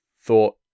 thought